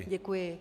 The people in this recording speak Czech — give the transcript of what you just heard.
Děkuji.